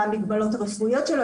מה המגבלות הרפואיות שלו.